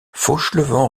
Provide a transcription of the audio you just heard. fauchelevent